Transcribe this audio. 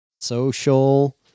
Social